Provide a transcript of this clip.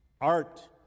Art